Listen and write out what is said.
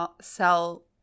sell